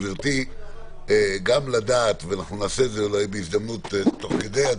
גברתי ואולי נעשה את זה בהזדמנות תוך כדי הדברים,